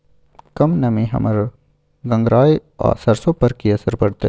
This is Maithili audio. कम नमी हमर गंगराय आ सरसो पर की असर करतै?